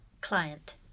client